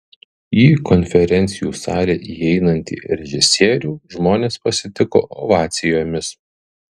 į konferencijų salę įeinantį režisierių žmonės pasitiko ovacijomis